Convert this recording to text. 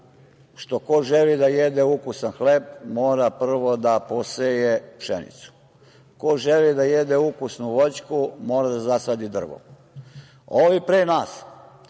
što ko želi da jede ukusan hleb mora prvo da poseje pšenicu, ko želi da jede ukusnu voćku mora da zasadi drvo. Ovi pre nas